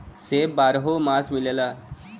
सेब बारहो मास मिलला